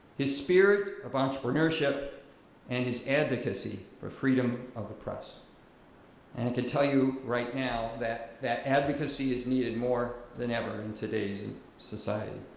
his spirit of entrepreneurship and his advocacy are freedom of the press and i can tell you right now that that advocacy is needed more than ever in today's and society.